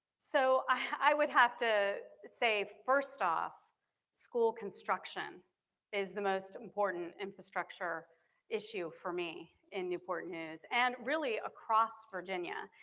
so i would have to say first off school construction is the most important infrastructure issue for me in newport news and really across virginia.